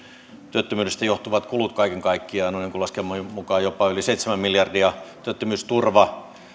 työttömyydestä johtuvat kulut kaiken kaikkiaan ovat laskelmien mukaan jopa yli seitsemän miljardia työttömyysturva